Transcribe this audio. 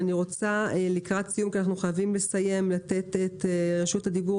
לקראת סיום אני רוצה לתת את רשות הדיבור